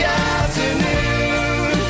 afternoon